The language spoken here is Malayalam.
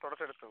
തുടച്ചെടുത്തു